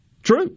True